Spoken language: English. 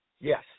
Yes